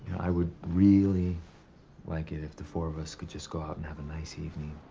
i would really like it if the four of us could just go out and have a nice evening.